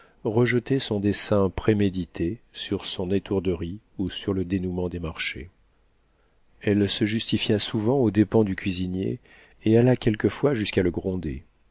rejeter son dessein prémédité sur son étourderie ou sur le dénûment des marchés elle se justifia souvent aux dépens du cuisinier et alla quelquefois jusqu'à le gronder